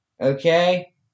okay